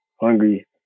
hungry